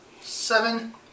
Seven